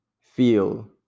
Feel